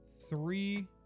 three